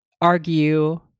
argue